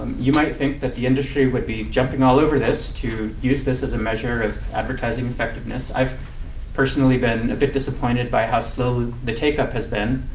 you might think that the industry would be jumping all over this to use this as a measure of advertising effectiveness. i've personally been a bit disappointed by how slowly the take-up has been.